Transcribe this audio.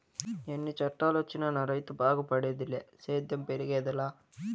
ఎన్ని చట్టాలొచ్చినా నా రైతు బాగుపడేదిలే సేద్యం పెరిగేదెలా